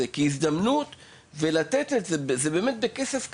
זו הזדמנות והיא באמת בכסף קטן.